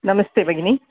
नमस्ते भगिनि